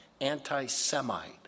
anti-Semite